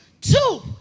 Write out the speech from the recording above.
Two